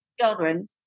children